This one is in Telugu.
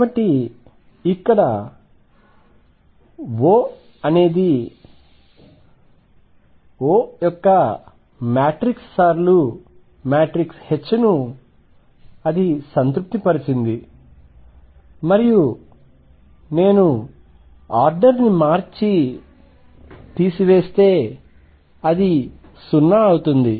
కాబట్టి Oఅనేది O యొక్క మాట్రిక్స్ సార్లు మాట్రిక్స్ H ను సంతృప్తిపరిచింది మరియు నేను ఆర్డర్ని మార్చి తీసివేస్తే అది 0 అవుతుంది